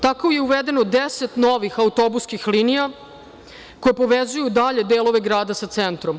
Tako je uvedeno 10 novih autobuskih linija koje povezuju dalje delove grada sa centrom.